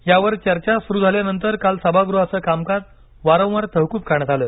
यावर चर्चा सुरू झाल्यानंतर काल सभागृहाचं कामकाज वारंवार तहकूब करण्यात आलं